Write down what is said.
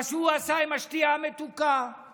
מה שהוא עשה עם המשקאות המתוקים,